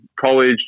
college